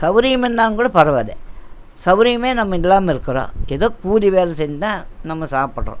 சவுகரியம் இருந்தாக்கூட பரவாயில்ல சவுகரியமே நம்ம இல்லாமல் இருக்கிறோம் எதோ கூலி வேலை செஞ்சிதான் நம்ம சாப்புடுறோம்